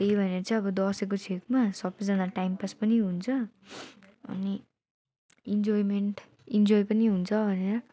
त्यही भएर चाहिँ अब दसैँको छेकमा सबैजनालाई टाइमपास पनि हुन्छ अनि इन्जोइमेन्ट इन्जोइ पनि हुन्छ भनेर